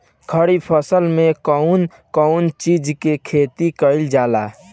खरीफ फसल मे कउन कउन चीज के खेती कईल जाला?